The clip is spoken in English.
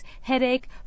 headache